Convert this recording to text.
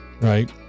Right